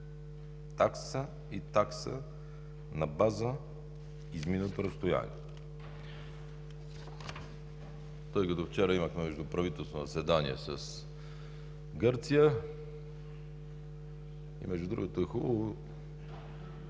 такса и такса на база изминато разстояние. Тъй като вчера имахме междуправителствено заседание с Гърция, между другото, е хубаво